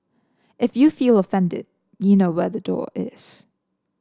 if you feel offended you know where the door is